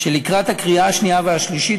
שלקראת הקריאה השנייה והשלישית,